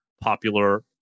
popular